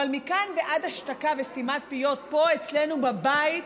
אבל מכאן ועד השתקה וסתימת פיות פה, אצלנו בבית